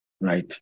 right